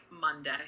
Monday